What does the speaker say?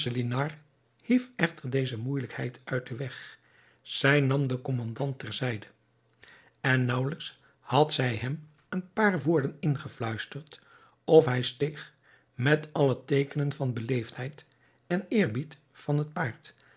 schemselnihar hief echter deze moeilijkheid uit den weg zij nam den kommandant ter zijde en naauwelijks had zij hem een paar woorden ingefluisterd of hij steeg met alle teekenen van beleefdheid en eerbied van het paard